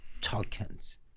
tokens